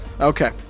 Okay